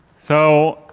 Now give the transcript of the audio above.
so,